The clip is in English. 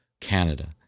Canada